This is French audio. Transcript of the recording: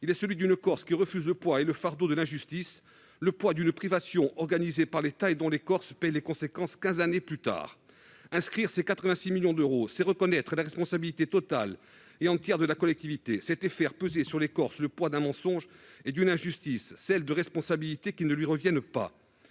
C'est celui d'une Corse qui refuse le poids et le fardeau de l'injustice, le poids d'une privation organisée par l'État et dont les Corses paient les conséquences quinze années plus tard. Inscrire ces 86 millions d'euros, c'est reconnaître la responsabilité totale et entière de la collectivité et faire peser sur les Corses le poids d'un mensonge et d'une injustice : celle de responsabilités qui ne lui reviennent pas.